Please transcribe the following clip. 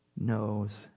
knows